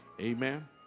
Amen